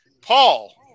Paul